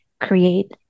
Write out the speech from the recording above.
create